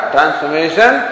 Transformation